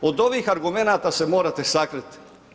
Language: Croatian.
Od ovih argumenata se morate sakrit.